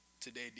Today